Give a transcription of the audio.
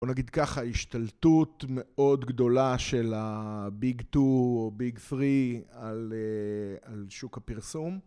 בוא נגיד ככה השתלטות מאוד גדולה של הביג 2 או ביג 3 על שוק הפרסום.